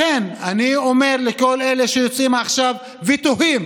לכן אני אומר לכל אלה שיוצאים עכשיו ותוהים